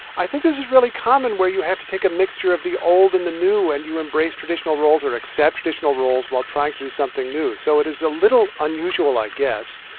i think this is really common, where you have to take a mixture of the old and the new, and you embrace traditional roles or accept traditional roles while trying to do something new. so it is a little unusual, i guess,